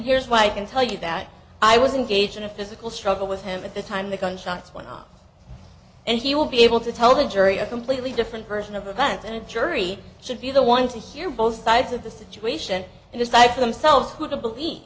here's why i can tell you that i was in gage in a physical struggle with him at the time the gunshots went on and he will be able to tell the jury a completely different version of events and jury should be the ones to hear both sides of the situation and decide for themselves who to believe